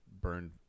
burned